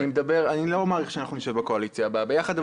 אני לא מעריך שאנחנו נשב בקואליציה הבאה ביחד,